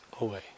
away